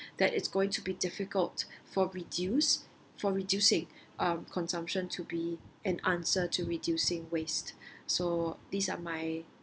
that it's going to be difficult for reduce for reducing um consumption to be an answer to reducing waste so these are my